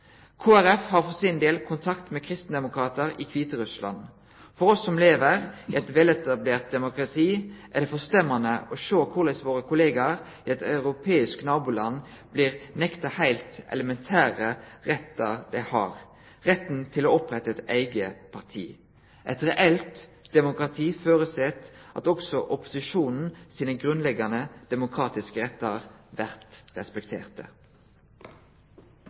har for sin del kontakt med kristendemokratar i Kviterussland. For oss som lever i eit veletablert demokrati, er det forstemmande å sjå korleis våre kolleger i eit europeisk naboland blir nekta ein heilt elementær rett dei har – retten til å opprette eit eige parti. Eit reelt demokrati føreset at også opposisjonen sine grunnleggjande demokratiske rettar blir respekterte.